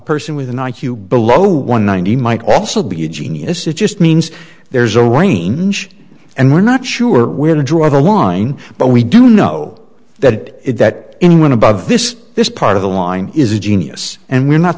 person with an i q below one ninety might also be a genius it just means there's a wide range and we're not sure where to draw the line but we do know that if that anyone above this this part of the line is a genius and we're not